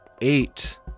eight